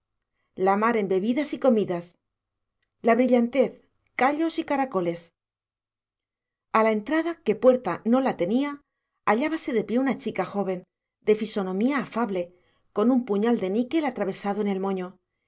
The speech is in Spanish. la mar en vevidas y comidas la brillantez callos y caracoles a la entrada que puerta no la tenía hallábase de pie una chica joven de fisonomía afable con un puñal de níquel atravesado en el moño